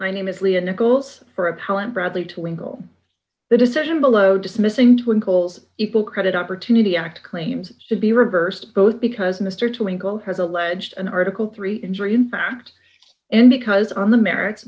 my name is lee and nichols for appellant bradley to winkle the decision below dismissing twinkles equal credit opportunity act claims to be reversed both because mr twinkle has alleged an article three injury in fact and because on the merits